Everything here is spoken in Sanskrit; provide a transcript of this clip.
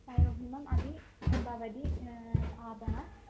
पयोहिमम् अपि भवति आपणात्